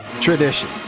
tradition